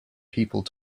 people